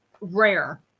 rare